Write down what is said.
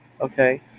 Okay